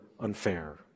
unfair